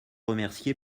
remercier